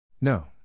No